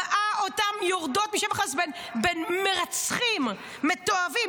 ראה אותן יורדות בין מרצחים מתועבים.